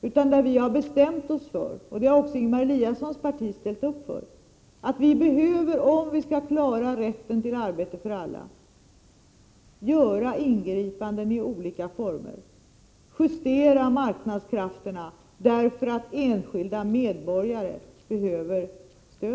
I stället har vi bestämt oss för att vi — och det har även Ingemar Eliassons parti ställt upp på — om vi skall klara det här med rätten till arbete för alla, behöver göra ingripanden i olika former och justera marknadskrafterna, därför att enskilda medborgare behöver stöd.